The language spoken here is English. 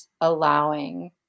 allowing